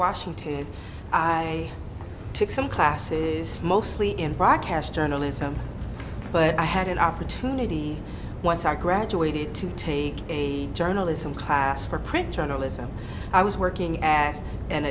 washington i took some classes mostly in broadcast journalism but i had an opportunity once i graduated to take a journalism class for print journalism i was working as an